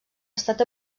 estat